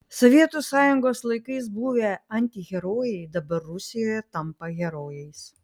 sovietų sąjungos laikais buvę antiherojai dabar rusijoje tampa herojais